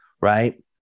right